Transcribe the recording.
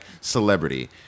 celebrity